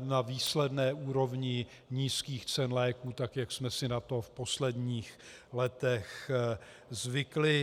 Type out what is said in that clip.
na výsledné úrovni nízkých cen léků, tak jak jsme si na to v posledních letech zvykli.